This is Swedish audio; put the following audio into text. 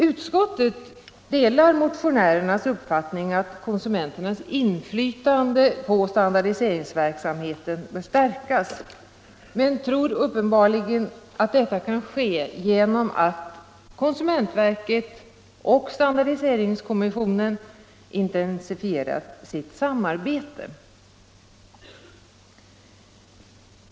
Utskottet delar motionärernas uppfattning att konsumenternas inflytande på standardiseringsverksamheten bör stärkas, men tror uppenbarligen att detta kan ske genom att konsumentverket och standardiseringskommissionen intensifierar sitt samarbete.